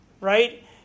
right